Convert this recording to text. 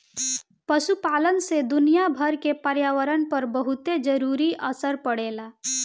पशुपालन से दुनियाभर के पर्यावरण पर बहुते जरूरी असर पड़ेला